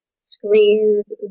screens